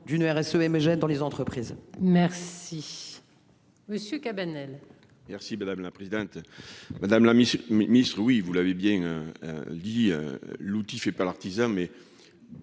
d'une RSE MEG dans les entreprises. Merci. Monsieur Cabanel. Merci madame la présidente. Madame la mi-mai ministre oui vous l'avez bien. Dit l'outil fait pas l'artisan mais.